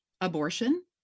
abortion